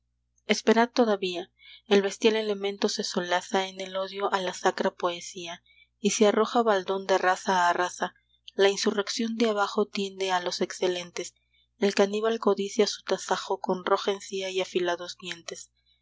esperad todavía el bestial elemento se solaza en el odio a la sacra poesía y se arroja baldón de raza a raza la insurrección de abajo tiende a los excelentes el caníbal codicia su tasajo con roja encía y afilados dientes